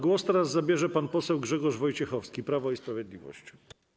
Głos teraz zabierze pan poseł Grzegorz Wojciechowski, Prawo i Sprawiedliwość.